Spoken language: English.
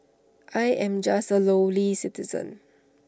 I am just A lowly citizen